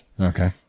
Okay